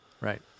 Right